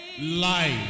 life